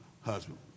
husband